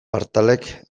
partalek